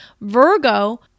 Virgo